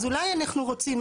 אז אולי אנחנו רוצים,